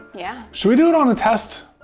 yeah. should we do it on a test?